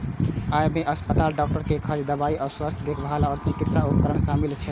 अय मे अस्पताल, डॉक्टर के खर्च, दवाइ, स्वास्थ्य देखभाल आ चिकित्सा उपकरण शामिल रहै छै